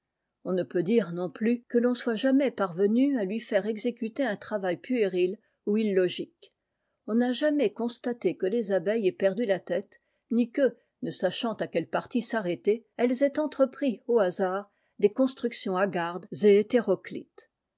on ne peut dire non plus que l'on soit jam parvenu à lui faire exécuter un travail pu ou illogique on n'a jamais constaté que w la fondation de la cité loi abeilles aient perdu la tête ni que ne sachant à quel parti s'arrêter elles aient entrepris au hasard des constructions hagardes et hétéro